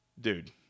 Dude